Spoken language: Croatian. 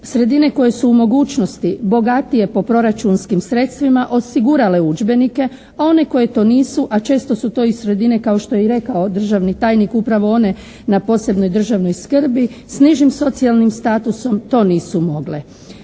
sredine koje su u mogućnosti bogatije po proračunskim sredstvima osigurale udžbenike a one koje to nisu a često su to i sredine kao što je rekao državni tajnik upravo one na posebnoj državnoj skrbi s nižim socijalnim statusom to nisu mogle.